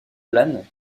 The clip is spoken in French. plane